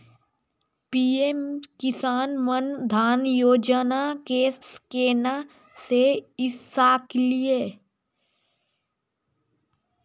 PM किसान मान धान योजना के केना ले सकलिए?